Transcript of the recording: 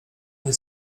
mnie